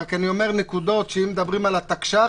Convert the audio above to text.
אני אומר דברים שאם מדברים על התקש"ח,